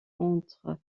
entre